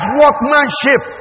workmanship